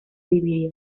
dividió